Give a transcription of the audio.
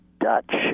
Dutch